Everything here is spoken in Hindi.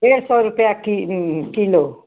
डेढ़ सौ रुपया कि किलो